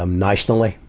um nationally,